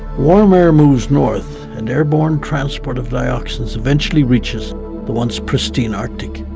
warm air moves north and airborne transport of dioxins eventually reaches the once pristine arctic.